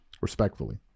Respectfully